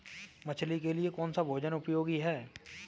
मछली के लिए कौन सा भोजन उपयोगी है?